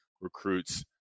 recruits